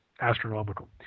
astronomical